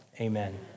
Amen